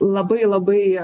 labai labai